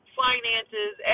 finances